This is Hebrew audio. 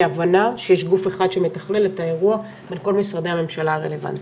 כהבנה שיש גוף אחד שמתכנן את האירוע בין כל משרדי הממשלה הרלוונטיים.